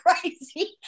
crazy